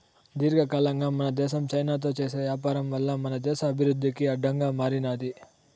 దీర్ఘకాలంగా మన దేశం చైనాతో చేసే వ్యాపారం వల్ల మన దేశ అభివృద్ధికి అడ్డంగా మారినాది